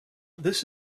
this